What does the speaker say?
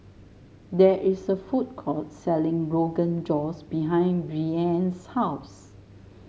there is a food court selling Rogan Josh behind Breanne's house